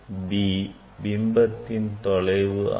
b பிம்பத்தின் தொலைப் ஆகும்